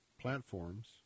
platforms